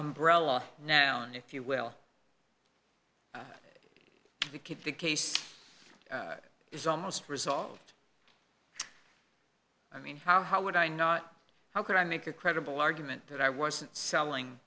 umbrella now and if you will it keep the case is almost resolved i mean how how would i not how could i make a credible argument that i wasn't selling